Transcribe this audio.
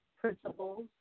principles